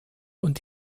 und